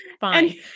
Fine